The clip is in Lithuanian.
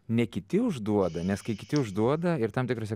ne kiti užduoda nes kai kiti užduoda ir tam tikruose